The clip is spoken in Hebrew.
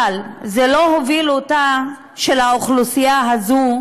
אבל זה לא הוביל אותה, את האוכלוסייה הזאת,